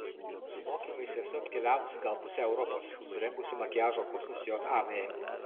su mokymais esu apkeliavusi gal pusę europos surengusi makiažo kursus jav